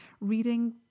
reading